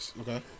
Okay